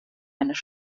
eines